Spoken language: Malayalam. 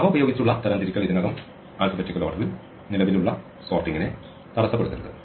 അവ ഉപയോഗിച്ച് ഉള്ള തരംതിരിക്കൽ ഇതിനകം അക്ഷരമാലാക്രമത്തിൽ നിലവിലുള്ള സോർട്ടിംഗിനെ തടസ്സപ്പെടുത്തരുത്